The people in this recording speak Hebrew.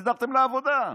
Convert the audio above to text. סידרתם לה עבודה.